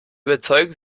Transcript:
überzeugen